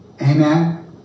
Amen